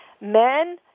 Men